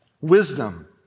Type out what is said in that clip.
Wisdom